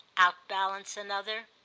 outbalance another?